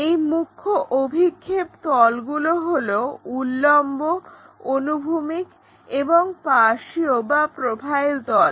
এই মুখ্য অভিক্ষেপ তলগুলো হলো উল্লম্ব অনুভূমিক এবং পার্শ্বীয় বা প্রোফাইল তল